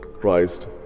Christ